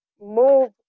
move